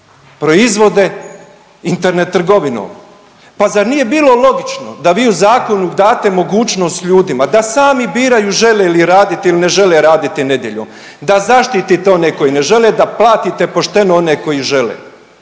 proizvode Internet trgovinom. Pa zar nije bilo logično da vi u zakonu date mogućnost ljudima da sami biraju žele li raditi ili ne žele raditi nedjeljom, da zaštite one koji ne žele, da platite pošteno one koji žele.